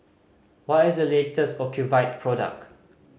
what is the latest Ocuvite product